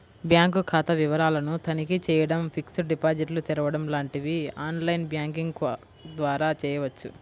bank ఖాతా వివరాలను తనిఖీ చేయడం, ఫిక్స్డ్ డిపాజిట్లు తెరవడం లాంటివి ఆన్ లైన్ బ్యాంకింగ్ ద్వారా చేయవచ్చు